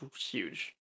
huge